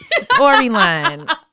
storyline